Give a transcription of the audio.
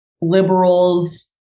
liberals